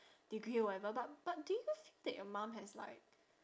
degree or whatever but but do you feel that your mum has like